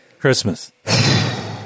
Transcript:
Christmas